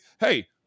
hey